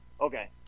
okay